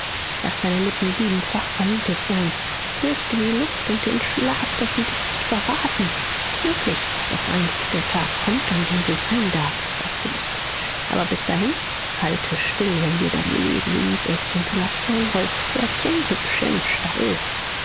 laß deine lippen siebenfach vernietet sein fürchte die luft und den schlaf daß sie dich nicht verraten möglich daß einst der tag kommt an dem du sein darfst was du bist aber bis dahin halte still wenn dir dein leben lieb ist und laß dein holzpferdchen hübsch im stall